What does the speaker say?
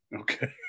Okay